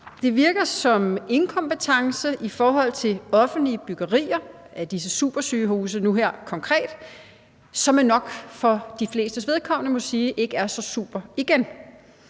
Det virker som inkompetence i forhold til offentlige byggerier, og nu her konkret disse supersygehuse, som jo nok for de flestes vedkommende må siges ikke at være så super igen.